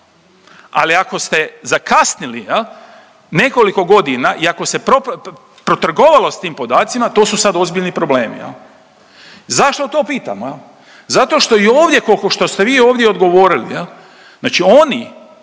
Ali ako ste zakasnili nekoliko godina i ako se protrgovalo s tim podacima to su sad ozbiljni problemi. Zašto to pitamo? Zato što i ovdje što ste vi ovdje odgovorili, znači oni